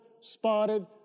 spotted